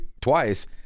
twice